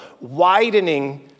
widening